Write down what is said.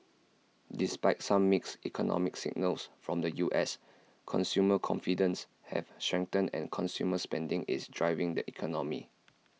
despite some mixed economic signals from the U S consumer confidence has strengthened and consumer spending is driving the economy